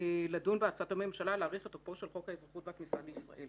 לדון בהצעת הממשלה להאריך את תוקפו של חוק האזרחות והכניסה לישראל.